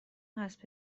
هست